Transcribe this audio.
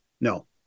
No